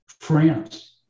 France